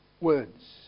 words